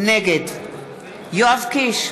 נגד יואב קיש,